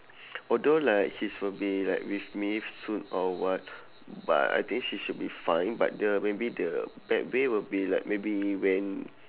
although like his will be like with me soon or what but I think she should be fine but the maybe the bad way will be like maybe when